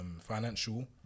financial